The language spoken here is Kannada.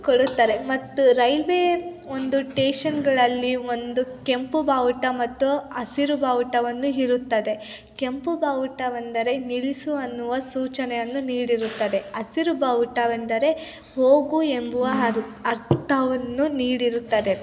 ಕೊಡುತ್ತಾರೆ ಮತ್ತು ರೈಲ್ವೇ ಒಂದು ಸ್ಟೇಷನ್ಗಳಲ್ಲಿ ಒಂದು ಕೆಂಪು ಬಾವುಟ ಮತ್ತು ಹಸಿರು ಬಾವುಟವನ್ನು ಇರುತ್ತದೆ ಕೆಂಪು ಬಾವುಟವೆಂದರೆ ನಿಲ್ಲಿಸು ಅನ್ನುವ ಸೂಚನೆಯನ್ನು ನೀಡಿರುತ್ತದೆ ಹಸಿರು ಬಾವುಟವೆಂದರೆ ಹೋಗು ಎಂಬುವ ಅರ್ಥವನ್ನು ನೀಡಿರುತ್ತದೆ